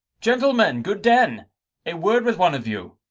gentlemen, good-den a word with one of you.